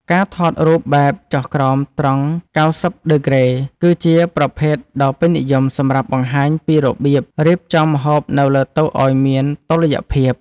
ការថតរូបបែបចុះក្រោមត្រង់កៅសិបដឺក្រេ គឺជាប្រភេទដ៏ពេញនិយមសម្រាប់បង្ហាញពីរបៀបរៀបចំម្ហូបនៅលើតុឱ្យមានតុល្យភាព។